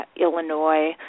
Illinois